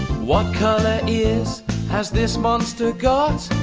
what colour ears has this monster got?